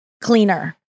cleaner